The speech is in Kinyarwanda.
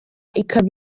ikaba